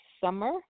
summer